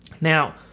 Now